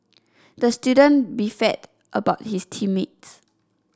the student about his team mates